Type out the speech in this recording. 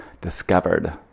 discovered